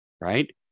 right